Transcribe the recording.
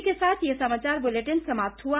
इसी के साथ ये समाचार बुलेटिन समाप्त हुआ